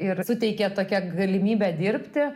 ir suteikė tokią galimybę dirbti